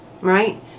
right